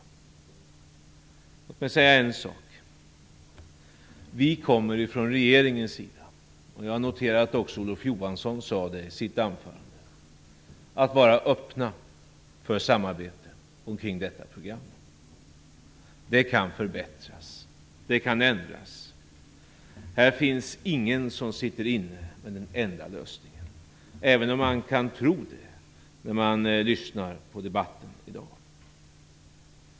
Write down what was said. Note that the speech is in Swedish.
Låt mig säga en sak: Vi kommer från regeringens sida, och jag noterar att också Olof Johansson sade det i sitt anförande, att vara öppna för samarbete omkring detta program. Det kan förbättras. Det kan ändras. Här finns ingen som sitter inne med den enda lösningen, även om man kan tro det när man lyssnar på debatten i dag.